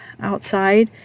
outside